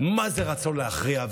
מה זה רצון להכריע,